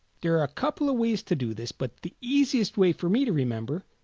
there are a couple ways to do this but the easiest way for me to remember,